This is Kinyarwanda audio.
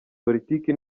politiki